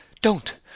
Don't